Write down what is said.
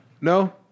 No